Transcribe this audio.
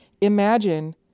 imagine